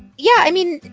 yeah. i mean,